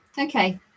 okay